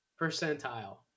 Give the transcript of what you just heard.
percentile